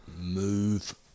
move